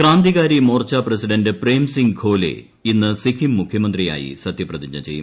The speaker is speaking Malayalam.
ക്രാന്തികാരി മോർച്ച പ്രസിഡന്റ് പ്രപ്രം സിംഗ് ഗോലെ ഇന്ന് സിക്കിം മുഖ്യമന്ത്രിയായി സ്ക്യൂപ്പ്തിജ്ഞ ചെയ്യും